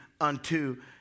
unto